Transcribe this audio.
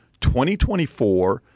2024